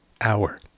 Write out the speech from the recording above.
hour